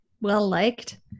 well-liked